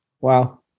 Wow